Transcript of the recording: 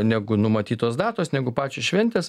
negu numatytos datos negu pačios šventės